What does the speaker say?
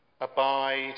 Abide